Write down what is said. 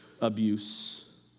abuse